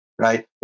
right